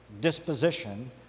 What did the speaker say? disposition